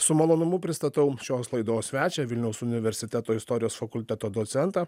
su malonumu pristatau šios laidos svečią vilniaus universiteto istorijos fakulteto docentą